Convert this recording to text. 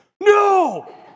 No